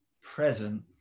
present